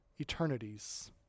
eternities